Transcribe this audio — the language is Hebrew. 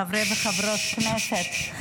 חברי וחברות הכנסת,